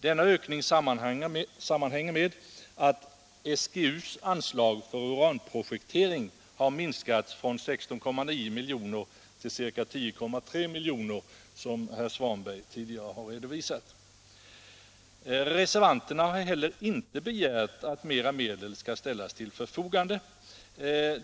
Denna ökning sammanhänger med att SGU:s anslag för uranprojektering har minskats från ca 16,9 milj.kr. till ca 10,3 milj.kr. Reservanterna har heller inte begärt att mera medel skall ställas till förfogande.